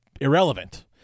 irrelevant